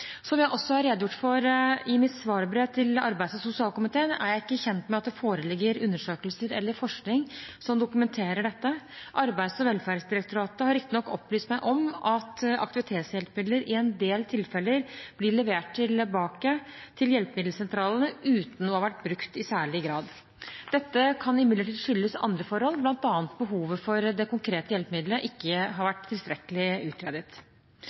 Som jeg også har redegjort for i mitt svarbrev til arbeids- og sosialkomiteen, er jeg ikke kjent med at det foreligger undersøkelser eller forskning som dokumenterer dette. Arbeids- og velferdsdirektoratet har riktignok opplyst meg om at aktivitetshjelpemidler i en del tilfeller blir levert tilbake til hjelpemiddelsentralene uten å ha vært brukt i særlig grad. Dette kan imidlertid skyldes andre forhold, bl.a. at behovet for det konkrete hjelpemiddelet ikke har vært tilstrekkelig utredet.